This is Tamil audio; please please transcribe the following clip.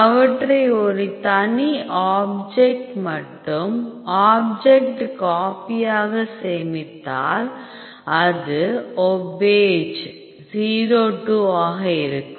அவற்றை ஒரு தனி ஆப்ஜெக்ட் மற்றும் ஆப்ஜெக்ட் காபி ஆக சேமித்தால் அது obaj 02 ஆக இருக்கும்